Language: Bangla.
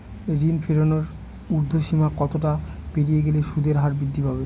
ঋণ ফেরানোর উর্ধ্বসীমা কতটা পেরিয়ে গেলে সুদের হার বৃদ্ধি পাবে?